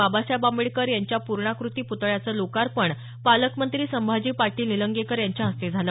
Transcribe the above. बाबासाहेब आंबेडकर यांच्या पूर्णाकृती प्तळ्याचं लोकार्पण काल पालकमंत्री संभाजी पाटील निलंगेकर यांचे हस्ते झालं